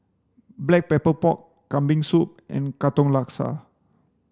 black pepper pork kambing soup and Katong Laksa